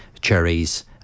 cherries